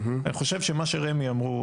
אני חושב שמה שרמ"י אמרו,